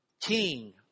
King